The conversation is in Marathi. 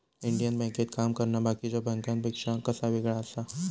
इंडियन बँकेत काम करना बाकीच्या बँकांपेक्षा कसा येगळा आसा?